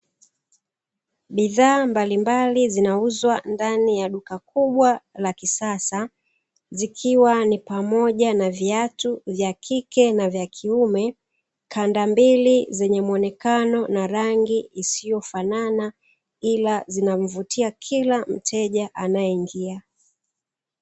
Bidhaa mbalimbali zinauzwa ndani ya duka kubwa la kisasa, zikiwa ni pamoja na viatu vya kike na kiume; kanda mbili zenye muonekano na rangi isiyofanana ila zinamvutia kila mteja anayeingia.